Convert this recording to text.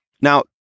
Now